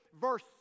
verse